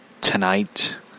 Tonight